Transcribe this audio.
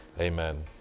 Amen